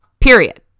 period